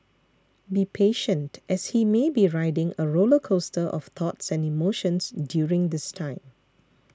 be patient as he may be riding a roller coaster of thoughts and emotions during this time